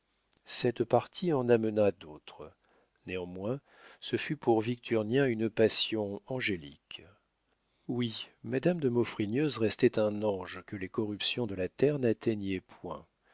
cette partie en amena d'autres néanmoins ce fut pour victurnien une passion angélique oui madame de maufrigneuse restait un ange que les corruptions de la terre n'atteignait point